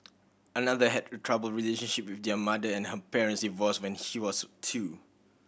another had a troubled relationship with their mother and her parents divorced when she was two